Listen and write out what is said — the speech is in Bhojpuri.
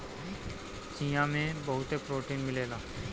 चिया में बहुते प्रोटीन मिलेला